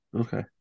Okay